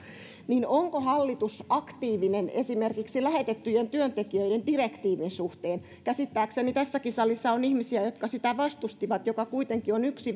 onko hallitus aktiivinen esimerkiksi lähetettyjen työntekijöiden direktiivin suhteen käsittääkseni tässäkin salissa on ihmisiä jotka sitä vastustivat mutta se kuitenkin on yksi